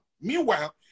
Meanwhile